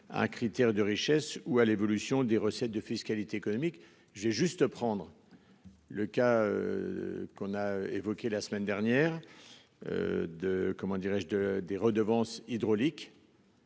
à un critère de richesse ou à l'évolution des recettes de fiscalité économique. J'ai juste prendre.-- Le cas. Qu'on a évoqué la semaine dernière. De comment dirais-je